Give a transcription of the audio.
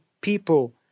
people